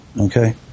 Okay